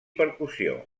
percussió